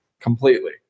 completely